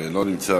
לא נמצא,